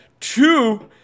Two